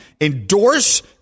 endorse